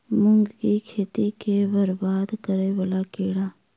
मूंग की खेती केँ बरबाद करे वला कीड़ा?